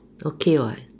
okay [what]